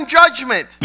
judgment